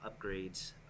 upgrades